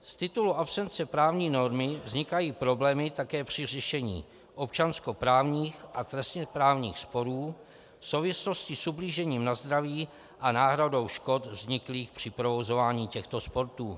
Z titulu absence právní normy vznikají problémy také při řešení občanskoprávních a trestněprávních sporů v souvislosti s ublížením na zdraví a náhradou škod vzniklých při provozování těchto sportů.